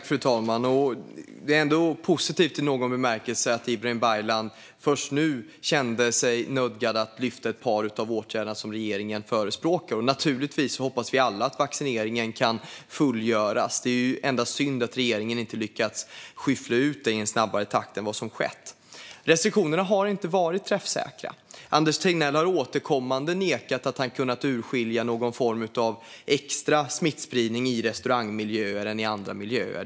Fru talman! I någon bemärkelse är det ändå positivt att Ibrahim Baylan nu kände sig nödgad att lyfta fram ett par av de åtgärder som regeringen förespråkar. Naturligtvis hoppas vi alla på att vaccineringen kan fullföljas. Det är bara synd att regeringen inte har lyckats skyffla ut det här i en snabbare takt än vad som skett. Restriktionerna har inte varit träffsäkra. Anders Tegnell har återkommande nekat till att han kunnat urskilja någon extra smittspridning i restaurangmiljöer än i andra miljöer.